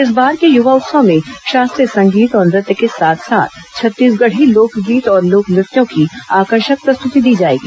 इस बार के यूवा उत्सव में शास्त्रीय संगीत और नृत्य के साथ साथ छत्तीसगढ़ी लोकगीत और लोक नृत्यों की आकर्षक प्रस्तुति दी जाएगी